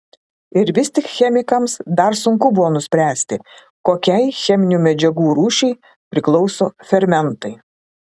ir vis tik chemikams dar sunku buvo nuspręsti kokiai cheminių medžiagų rūšiai priklauso fermentai